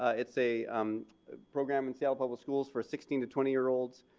it's a um program in seattle public schools for sixteen twenty year olds.